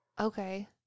Okay